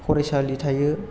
फरायसालि थायो